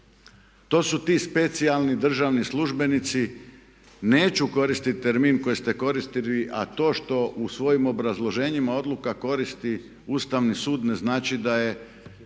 To su ti specijalni državni službenici. Neću koristiti termin koji ste koristili a to što u svojim obrazloženjima odluka koristi Ustavni sud ne znači da je